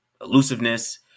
elusiveness